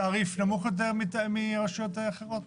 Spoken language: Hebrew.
תעריף נמוך יותר מרשויות אחרות?